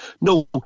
no